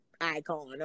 icon